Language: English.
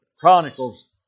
Chronicles